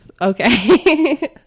Okay